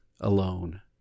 alone